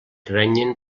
renyen